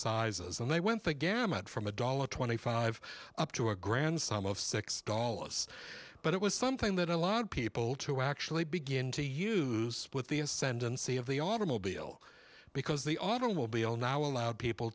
sizes and they went the gamut from a dollar twenty five up to a grand sum of six dollars but it was something that allowed people to actually begin to use with the ascendancy of the automobile because the automobile now allowed people